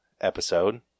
episode